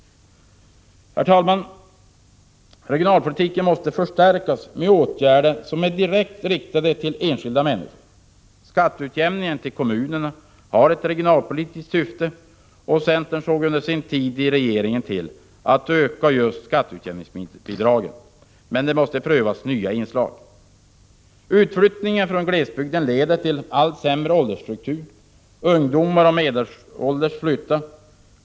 Herr talman! Regionalpolitiken måste förstärkas med åtgärder som är direkt riktade till enskilda människor. Skatteutjämningen till kommunerna har ett regionalpolitiskt syfte, och centern såg under sin regeringstid till att öka just skatteutjämningsbidragen. Men det måste prövas nya inslag. Utflyttningen från glesbygden leder till allt sämre åldersstruktur. Ungdomar och medelålders personer flyttar.